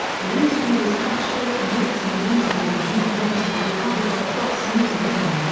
the interview was cut short and ricks and the interview was not mentioned or covered by fox news again.